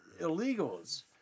illegals